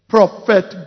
Prophet